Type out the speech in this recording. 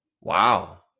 Wow